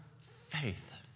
faith